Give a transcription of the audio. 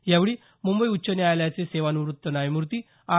यावेळी मुंबई उच्च न्यायालयाचे सेवानिव्रत्त न्यायमूर्ती आर